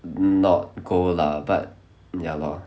not go lah but ya lor